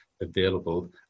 available